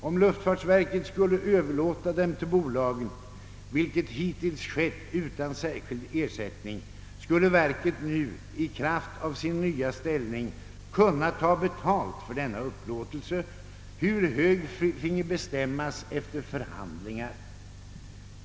Om luftfartsverket skulle överlåta dem till bolagen, vilket hittills skett utan särskild ersättning, skulle verket nu i kraft av sin nya ställning kunna ta betalt för denna överlåtelse. Avgiftens storlek finge bestämmas efter förhandlingar.